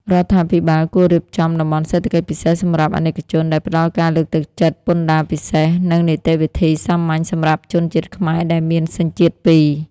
រដ្ឋាភិបាលគួររៀបចំ "តំបន់សេដ្ឋកិច្ចពិសេសសម្រាប់អាណិកជន" ដែលផ្ដល់ការលើកទឹកចិត្តពន្ធដារពិសេស និងនីតិវិធីសាមញ្ញសម្រាប់ជនជាតិខ្មែរដែលមានសញ្ជាតិពីរ។